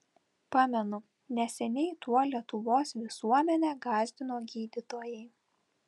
pamenu neseniai tuo lietuvos visuomenę gąsdino gydytojai